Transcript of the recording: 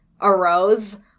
arose